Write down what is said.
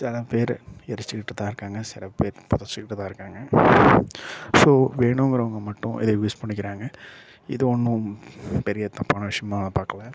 சில பேர் எரிச்சிக்கிட்டு தான் இருக்காங்க சில பேர் புதச்சிக்கிட்டு தான் இருக்காங்க ஸோ வேணுங்குறவங்க மட்டும் இதை யூஸ் பண்ணிக்கிறாங்க இது ஒன்றும் பெரிய தப்பான விஷயமா பார்க்கல